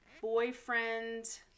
boyfriend